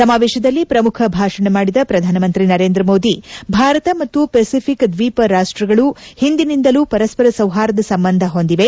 ಸಮಾವೇಶದಲ್ಲಿ ಪ್ರಮುಖ ಭಾಷಣ ಮಾಡಿದ ಪ್ರಧಾನಮಂತ್ರಿ ನರೇಂದ್ರ ಮೋದಿ ಭಾರತ ಮತ್ತು ಪೆಸಿಫಿಕ್ ದ್ವೀಪ ರಾಷ್ಟಗಳು ಹಿಂದಿನಿಂದಲೂ ಪರಸ್ಪರ ಸೌಹಾರ್ದ ಸಂಬಂಧ ಹೊಂದಿದೆ